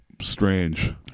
strange